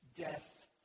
death